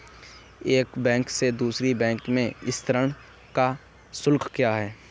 एक बैंक से दूसरे बैंक में स्थानांतरण का शुल्क क्या है?